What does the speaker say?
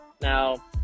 Now